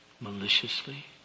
Maliciously